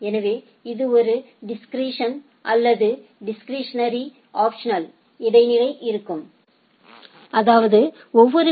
எனவே இது ஒரு டிஸ்கிாிஷன் அல்லது டிஸ்கிாினேடாி ஆப்சனல் இடைநிலை ஆகும் அதாவது ஒவ்வொரு பி